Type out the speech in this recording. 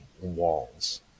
walls